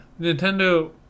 Nintendo